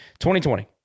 2020